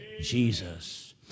Jesus